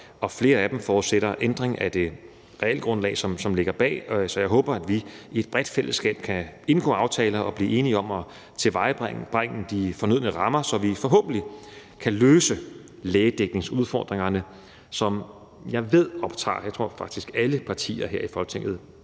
og flere af dem forudsætter en ændring af det realgrundlag, som ligger bag, så jeg håber, at vi i et bredt fællesskab kan indgå aftaler og blive enige om at tilvejebringe de fornødne rammer, så vi forhåbentlig kan løse lægedækningsudfordringerne, som jeg ved optager, jeg tror faktisk alle partier her i Folketinget